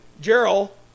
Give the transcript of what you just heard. Gerald